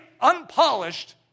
unpolished